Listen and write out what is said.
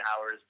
hours